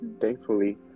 thankfully